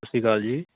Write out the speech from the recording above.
ਸਤਿ ਸ਼੍ਰੀ ਅਕਾਲ